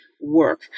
work